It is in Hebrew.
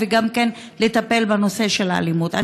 ולטפל בנושא של האלימות.